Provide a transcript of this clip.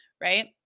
Right